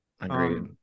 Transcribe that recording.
Agreed